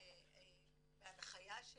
בהנחיה שלנו,